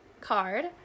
card